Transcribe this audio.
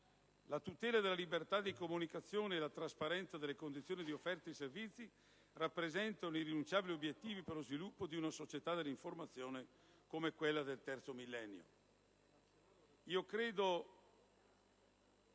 La tutela della libertà di comunicazione e la trasparenza delle condizioni di offerta dei servizi rappresentano irrinunciabili obiettivi per lo sviluppo di una società dell'informazione, come è quella del terzo millennio. Mi